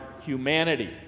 humanity